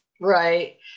Right